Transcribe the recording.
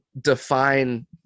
define